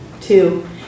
Two